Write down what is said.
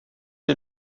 est